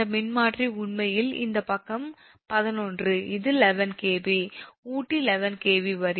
இந்த மின்மாற்றி உண்மையில் இந்த பக்கம் 11 இது 11 𝑘𝑉 ஊட்டி 11 𝑘𝑉 வரி